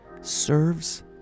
serves